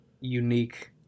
unique